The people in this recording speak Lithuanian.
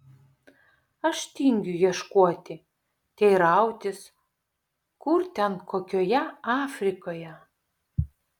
aš tingiu ieškoti teirautis kur ten kokioje afrikoje